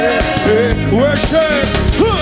Worship